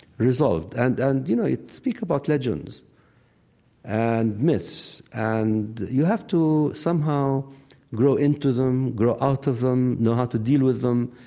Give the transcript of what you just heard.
resolved and and you know, speak about legends and myths and you have to somehow grow into them, grow out of them, know how to deal with them,